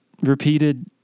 repeated